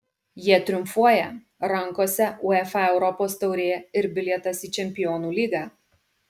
jie triumfuoja rankose uefa europos taurė ir bilietas į čempionų lygą